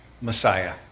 messiah